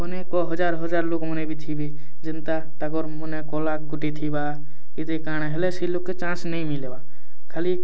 ଅନେକ ହଜାର ହଜାର ଲୋକମାନେ ବି ଥିବେ ଜେନ୍ତା ତାଙ୍କର ମନେ କଳାକୃତି ଥିବା ଇ ଯେ କାଣା ହେଲେ ସେଇ ଲୋକକେ ଚାନ୍ସ ନାଇଁ ମିଳବା ଖାଲି